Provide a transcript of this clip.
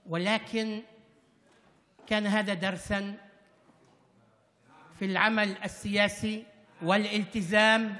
אבל זה היה שיעור בעבודה הפוליטית ובמחויבות,